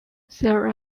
there